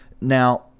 Now